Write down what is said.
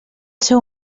seu